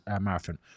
marathon